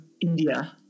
India